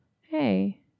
hey